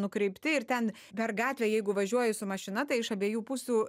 nukreipti ir ten per gatvę jeigu važiuoji su mašina tai iš abiejų pusių